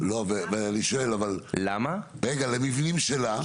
ולמבנים שלה?